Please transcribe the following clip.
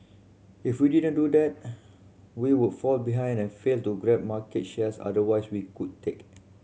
if we didn't do that we would fall behind and fail to grab market shares otherwise we could take